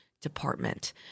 Department